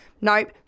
nope